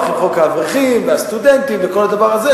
על חוק האברכים והסטודנטים וכל הדבר הזה,